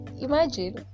Imagine